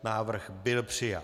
Návrh byl přijat.